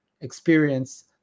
experience